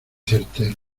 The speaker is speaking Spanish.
certero